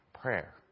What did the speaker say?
prayer